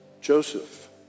Joseph